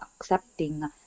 accepting